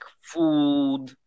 food